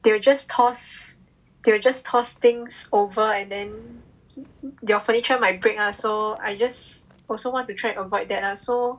they will just toss they will just toss things over and then your furniture might break ah so I just also want to try to avoid that ah so